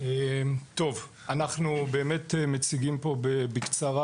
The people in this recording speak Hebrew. אנחנו באמת מציגים פה בקצרה,